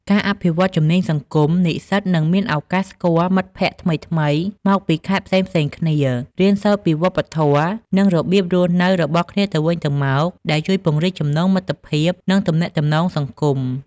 ការអភិវឌ្ឍជំនាញសង្គម និស្សិតនឹងមានឱកាសស្គាល់មិត្តភក្តិថ្មីៗមកពីខេត្តផ្សេងៗគ្នា រៀនសូត្រពីវប្បធម៌ និងរបៀបរស់នៅរបស់គ្នាទៅវិញទៅមក ដែលជួយពង្រីកចំណងមិត្តភាព និងទំនាក់ទំនងសង្គម។